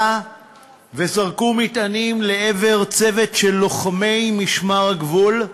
וזרקו מטענים לעבר צוות של לוחמי משמר הגבול.